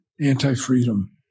anti-freedom